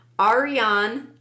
Ariane